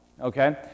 Okay